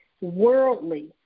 worldly